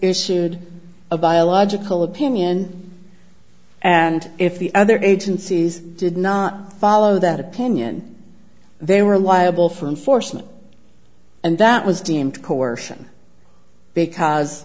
issued a biological opinion and if the other agencies did not follow that opinion they were liable for enforcement and that was deemed coercion because